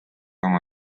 oma